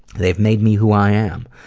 they've made me who i am.